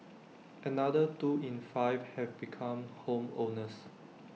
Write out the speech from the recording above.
another two in five have become home owners